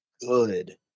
good